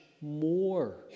more